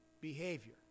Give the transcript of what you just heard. behavior